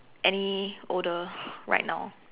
any older right now